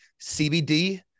CBD